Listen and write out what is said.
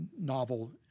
novel